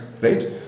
Right